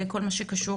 כל מה שקשור